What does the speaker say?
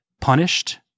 punished